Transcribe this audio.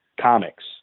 comics